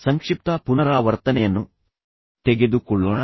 ಸಂಕ್ಷಿಪ್ತ ಪುನರಾವರ್ತನೆಯನ್ನು ತೆಗೆದುಕೊಳ್ಳೋಣ